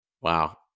Wow